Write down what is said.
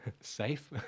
safe